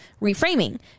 reframing